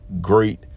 great